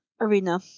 Arena